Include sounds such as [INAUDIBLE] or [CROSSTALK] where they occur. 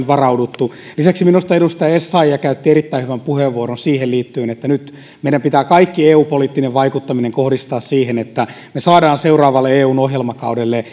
[UNINTELLIGIBLE] varauduttu lisäksi minusta edustaja essayah käytti erittäin hyvän puheenvuoron siihen liittyen että nyt meidän pitää kaikki eu poliittinen vaikuttaminen kohdistaa siihen että me saamme seuraavalle eun ohjelmakaudelle [UNINTELLIGIBLE]